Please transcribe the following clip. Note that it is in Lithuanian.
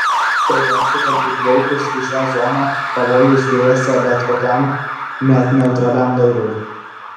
tai reiškė kad įplaukus į šią zoną pavojus grėsė bet kokiam net neutraliam laivui